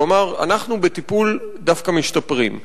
הוא אמר: אנחנו בטיפול דווקא משתפרים,